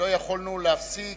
ולא יכולנו להפסיק,